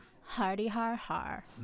Hardy-har-har